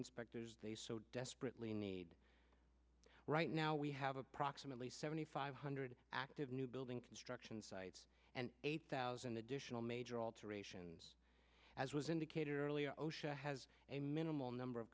inspectors they so desperately need right now we have approximately seventy five hundred active new building construction sites and eight thousand additional major alterations as was indicated earlier osha has a minimal number of